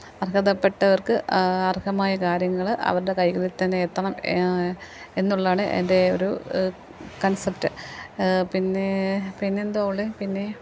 അർഹതപ്പെട്ടവർക്ക് അർഹമായ കാര്യങ്ങൾ അവരുടെ കൈകളിൽ തന്നെ എത്തണം എന്നുള്ളതാണ് എൻ്റെ ഒരു കൺസെപ്റ്റ് പിന്നെ പിന്നെന്താ ഉള്ളത് പിന്നെ